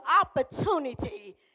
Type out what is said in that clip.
opportunity